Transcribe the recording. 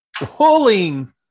pulling